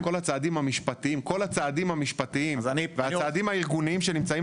כל הצעדים המשפטיים והצעדים הארגוניים שנמצאים